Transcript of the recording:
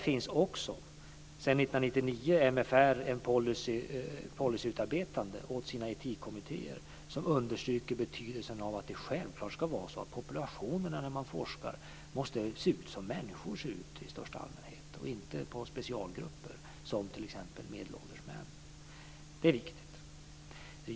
Sedan år 1999 finns när det gäller MFR ett policyutarbetande för etikkommittéerna som understryker betydelsen av att populationerna vid forskning självklart måste överensstämma med hur det ser ut bland människor i största allmänhet, inte med hur det ser ut i specialgrupper som exempelvis medelålders män. Detta är också viktigt.